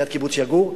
ליד קיבוץ יגור,